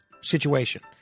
situation